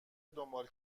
دنبال